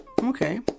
Okay